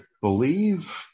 believe